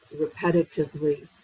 repetitively